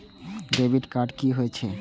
Debit card की होय छेय?